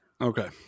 okay